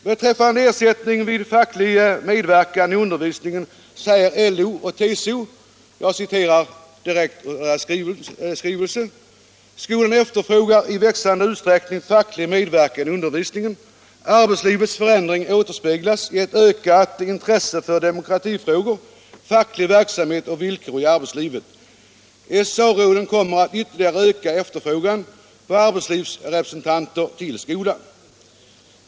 = Beträffande ersättning vid facklig medverkan i undervisningen säger Anslag till vuxenut LO och TCO: ”Skolan efterfrågar i växande utsträckning facklig med = bildning verkan i undervisningen. Arbetslivets förändring återspeglas i ett ökat intresse för demokratifrågor, facklig verksamhet och villkor i arbetslivet. SSA-råden kommer att ytterligare öka efterfrågan på arbetslivsrepresentanter till skolan.